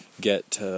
get